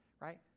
right